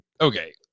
Okay